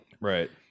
Right